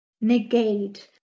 negate